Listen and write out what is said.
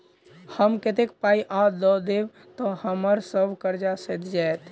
हम कतेक पाई आ दऽ देब तऽ हम्मर सब कर्जा सैध जाइत?